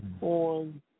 on